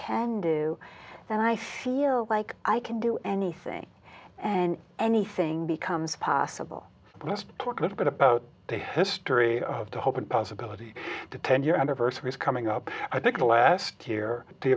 can do that i feel like i can do anything and anything becomes possible just talk a little bit about the history of the hope and possibility the ten year anniversary is coming up i think last year the